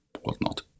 whatnot